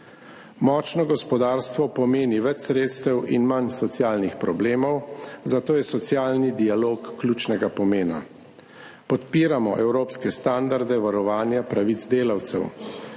Močno gospodarstvo pomeni več sredstev in manj socialnih problemov, zato je socialni dialog ključnega pomena. Podpiramo evropske standarde varovanja pravic delavcev.